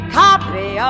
copy